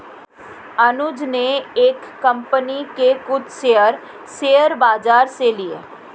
अनुज ने एक कंपनी के कुछ शेयर, शेयर बाजार से लिए